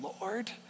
Lord